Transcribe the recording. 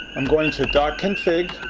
i'm going to config